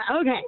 Okay